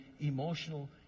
emotional